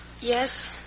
Yes